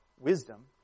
wisdom